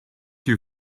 you